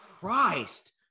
christ